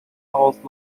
coast